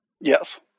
Yes